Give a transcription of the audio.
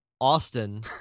Austin